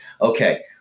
Okay